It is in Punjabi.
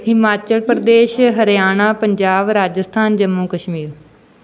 ਹਿਮਾਚਲ ਪ੍ਰਦੇਸ਼ ਹਰਿਆਣਾ ਪੰਜਾਬ ਰਾਜਸਥਾਨ ਜੰਮੂ ਕਸ਼ਮੀਰ